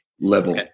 level